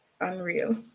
unreal